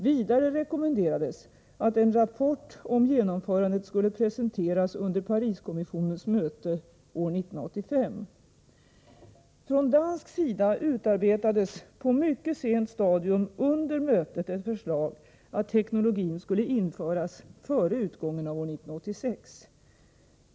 Vidare rekommenderades att en rapport om genomförandet skulle presenteras under Pariskommissionens möte år 1985. Från dansk sida utarbetades på mycket sent stadium under mötet ett förslag, att teknologin skulle införas före utgången av år 1986.